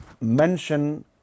mention